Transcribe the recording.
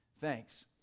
thanks